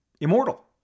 immortal